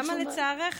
למה לצערך?